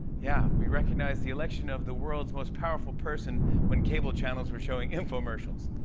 yeah, we recognized the election of the world's most powerful person when cable channels were showing infomercials.